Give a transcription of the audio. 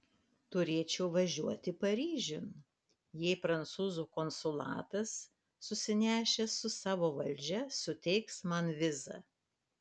turėčiau važiuoti paryžiun jei prancūzų konsulatas susinešęs su savo valdžia suteiks man vizą